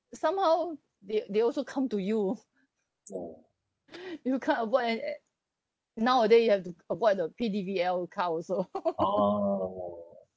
somehow they they also come to you oh you can't avoid and at nowadays you have to avoid the P_D_V_L car also